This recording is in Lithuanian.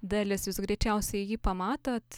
dalis jūs greičiausiai jį pamatot